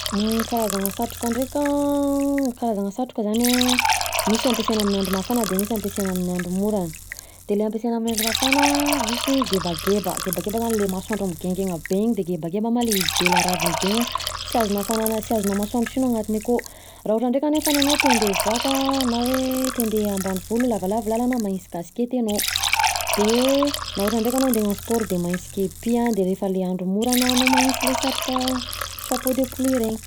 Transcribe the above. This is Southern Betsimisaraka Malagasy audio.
Ny karazana satroka ndreka misy karazana satroka zany misy ampiasaina amin'ny andro mfana de misy ampiasaina amin'ny andro morana de le ampiasaina amin'ny andro mafana misy ny gebageba, gebageba zany le masoandro migaingaina be iny, de gebageba ma le izy be la ravina be de sy azon'ny hafanana, sy azona masoandro sy anao anatiny akao raha ohatra ndreka anao te andeha hivoaka na hoe andeha ambanivolo lavalava i lalana de manisy kaskety anao, de raha ohatra ndeka anao te hagnano sport de manisy kepi an de rehefa le andro morana manao le satroka, chapeau de pluie reny.